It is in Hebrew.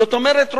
זאת אומרת,